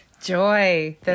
Joy